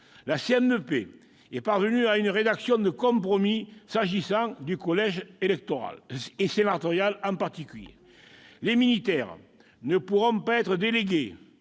La CMP est parvenue à une rédaction de compromis s'agissant du collège électoral, en particulier sénatorial : les militaires ne pourront pas être délégués,